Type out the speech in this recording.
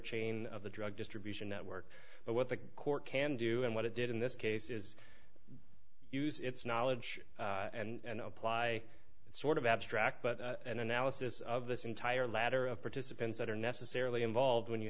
chain of the drug distribution network but what the court can do and what it did in this case is use its knowledge and apply its sort of abstract but an analysis of this entire ladder of participants that are necessarily involved when you